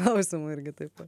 klausimu irgi taip pat